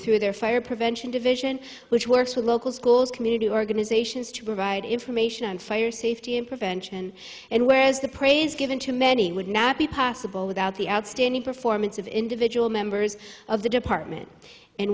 through their fire prevention division which works with local schools community organizations to provide information on fire safety and prevention and whereas the praise given to many would not be possible without the outstanding performance of individual members of the department and